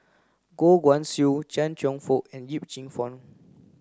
Goh Guan Siew Chia Cheong Fook and Yip Cheong Fun